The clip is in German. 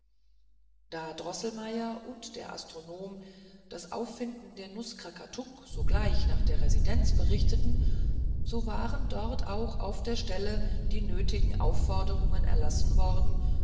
da droßelmeier und der astronom das auffinden der nuß krakatuk sogleich nach der residenz berichtet so waren dort auch auf der stelle die nötigen aufforderungen erlassen worden